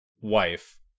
wife